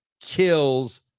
kills